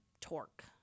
torque